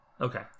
Okay